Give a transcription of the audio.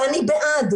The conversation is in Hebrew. ואני בעד,